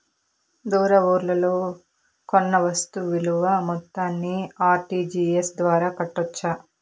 దూర ఊర్లలో కొన్న వస్తు విలువ మొత్తాన్ని ఆర్.టి.జి.ఎస్ ద్వారా కట్టొచ్చా?